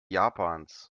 japans